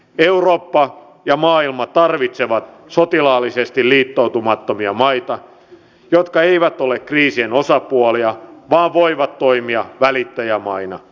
eurooppa ja maailma tarvitsevat sotilaallisesti liittoutumattomia maita jotka eivät ole kriisien osapuolia vaan voivat toimia välittäjämaina